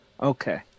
Okay